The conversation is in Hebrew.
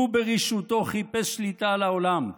הוא ברשעותו חיפש שליטה על העולם,